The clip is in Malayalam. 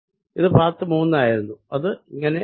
ഇത് പാത്ത് 3 ആയിരുന്നു അത് ഇങ്ങനെ ആയി